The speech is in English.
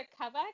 cover